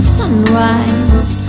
sunrise